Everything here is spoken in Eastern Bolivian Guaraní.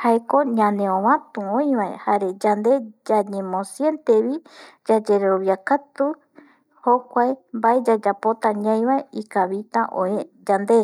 jaeko ñaneovatu öivae jare yande ñañemo sientevi yayerovia katu jokuae mbae yayapota ñaivae ikavita öe yande